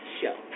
Show